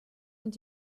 und